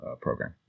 program